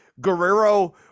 Guerrero